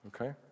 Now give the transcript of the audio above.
Okay